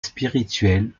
spirituel